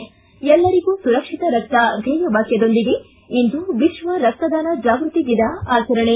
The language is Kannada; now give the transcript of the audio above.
ಿ ಎಲ್ಲರಿಗೂ ಸುರಕ್ಷಿತ ರಕ್ತ ಧ್ಯೇಯವಾಕ್ಯದೊಂದಿಗೆ ಇಂದು ವಿಶ್ವ ರಕ್ತದಾನ ಜಾಗೃತಿ ದಿನ ಆಚರಣೆ